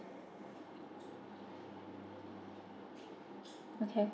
okay